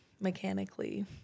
mechanically